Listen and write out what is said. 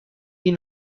این